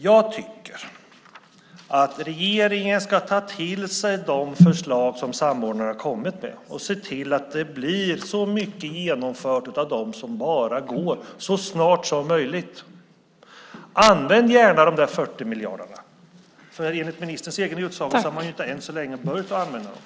Jag tycker att regeringen ska ta till sig de förslag som samordnarna har kommit med och se till att så många som det bara går blir genomförda så snart som möjligt. Använd gärna de 40 miljarderna! Enligt ministerns egen utsago har man ju ännu inte använt dem.